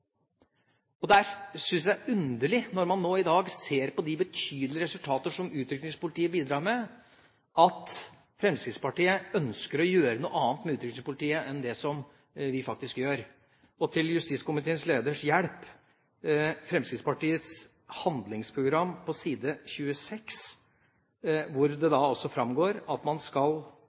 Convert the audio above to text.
det er underlig når man nå i dag ser på de betydelige resultatene som Utrykningspolitiet bidrar med, at Fremskrittspartiet ønsker å gjøre noe annet med Utrykningspolitiet enn det som vi faktisk gjør. Til hjelp for justiskomiteens leder: I Fremskrittspartiets handlingsprogram, på side 26, framgår det også at man skal